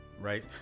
Right